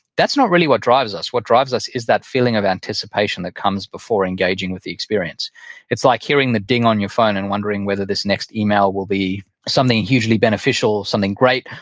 that's not really what drives us. what drives us is that feeling of anticipation that comes before engaging with the experience it's like hearing the ding on your phone and wondering whether this next email will be something hugely beneficial, something great,